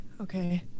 okay